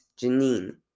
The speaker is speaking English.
Janine